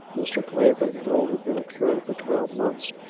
mr. clavering had only been a curate for twelve months,